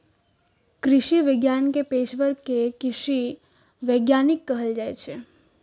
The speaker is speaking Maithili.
कृषि विज्ञान के पेशवर कें कृषि वैज्ञानिक कहल जाइ छै